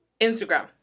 Instagram